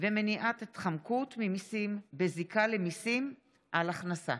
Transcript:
ומניעת התחמקות ממיסים בזיקה למיסים על הכנסה.